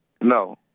No